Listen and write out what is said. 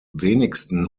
wenigsten